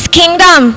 kingdom